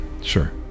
sure